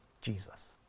Jesus